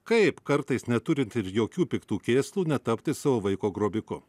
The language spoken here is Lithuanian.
kaip kartais neturint ir jokių piktų kėslų netapti savo vaiko grobiku